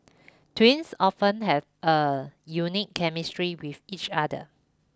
twins often have a unique chemistry with each other